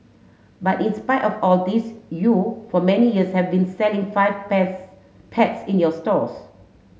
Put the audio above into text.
but in spite of all this you for many years have been selling five pets pets in your stores